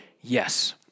Yes